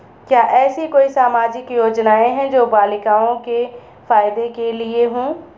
क्या ऐसी कोई सामाजिक योजनाएँ हैं जो बालिकाओं के फ़ायदे के लिए हों?